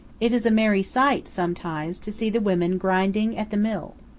it is a merry sight, sometimes, to see the women grinding at the mill.